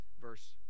verse